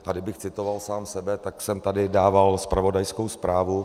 A kdybych citoval sám sebe, tak jsem tady dával zpravodajskou zprávu.